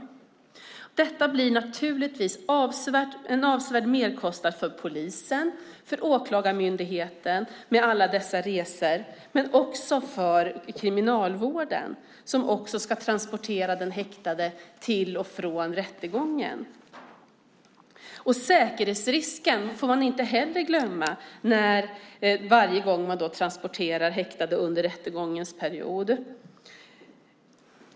Alla dessa resor blir naturligtvis en avsevärd merkostnad för polisen och för Åklagarmyndigheten, men också för Kriminalvården, som ska transportera de häktade till och från rättegången. Man får heller inte glömma säkerhetsrisken varje gång de häktade transporteras under rättegångsperioden.